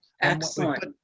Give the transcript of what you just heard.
Excellent